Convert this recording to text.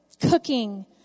cooking